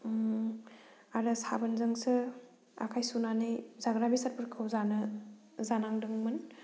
आरो साबोनजोंसो आखाइ सुनानै जाग्रा बेसादफोरखौ जानो जानांदोंमोन